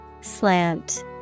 Slant